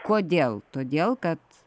kodėl todėl kad